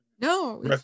No